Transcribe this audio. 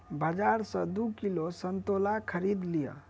बाजार सॅ दू किलो संतोला खरीद लिअ